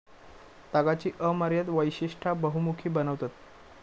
तागाची अमर्याद वैशिष्टा बहुमुखी बनवतत